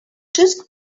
just